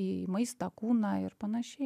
į maistą kūną ir panašiai